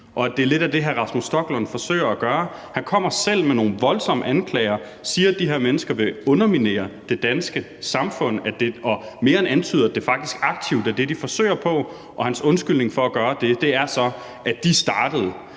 og at det lidt er det, hr. Rasmus Stoklund forsøger at gøre. Han kommer selv med nogle voldsomme anklager og siger, at de her mennesker vil underminere det danske samfund, og mere end antyder, at det faktisk aktivt er det, de forsøger på, og hans undskyldning for at gøre det er så, at de startede.